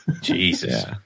Jesus